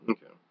Okay